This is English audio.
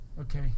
Okay